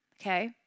Okay